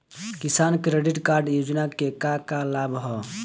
किसान credit card योजना के का का लाभ ह?